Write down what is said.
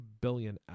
billion